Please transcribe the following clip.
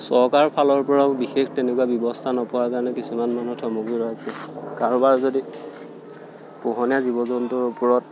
চৰকাৰৰ ফালৰ পৰাও বিশেষ তেনেকুৱা ব্যৱস্থা নকৰা কাৰণে কিছুমান মানুহ থমকি ৰয় কাৰোবাৰ যদি পোহনীয়া জীৱ জন্তুৰ ওপৰত